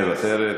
מוותרת.